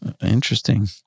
Interesting